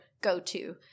go-to